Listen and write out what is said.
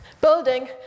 building